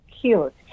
cute